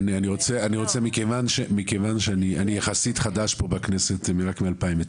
מכיוון שאני יחסית חדש פה בכנסת, רק מ-2019,